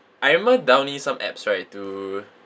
I remember downloading some apps right to